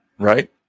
Right